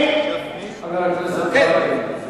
חבר הכנסת ברכה.